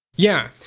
yeah.